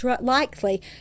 likely